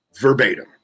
Verbatim